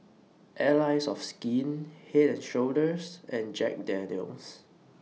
Allies of Skin Head and Shoulders and Jack Daniel's